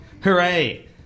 Hooray